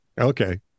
Okay